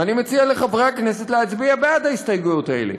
אני מציע לחברי הכנסת להצביע בעד ההסתייגויות האלה.